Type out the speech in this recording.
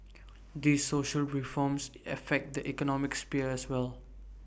these social reforms affect the economic sphere as well